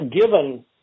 given